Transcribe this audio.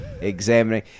examining